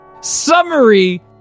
Summary